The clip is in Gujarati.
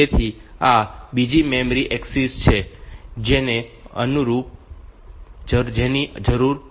તેથી આ બીજી મેમરી એક્સેસ છે જેની જરૂર પડશે